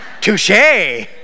touche